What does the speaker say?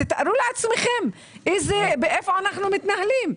אז תתארו לעצמכם, איזה, איפה אנחנו מתנהלים.